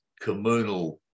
communal